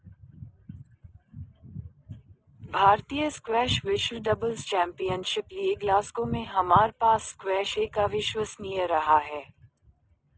भारतीय स्क्वैश विश्व doubles championship के लिएग्लासगो में हमारे पास स्क्वैश एक अविश्वसनीय रहा है